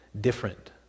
Different